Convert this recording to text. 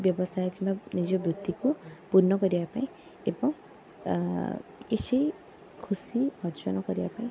ବ୍ୟବସାୟ କିମ୍ବା ନିଜ ବୃତ୍ତିକୁ ପୂର୍ଣ୍ଣ କରିବାପାଇଁ ଏବଂ ଆ କିଛି ଖୁସି ଅର୍ଜନ କରିବାପାଇଁ